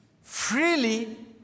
Freely